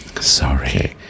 sorry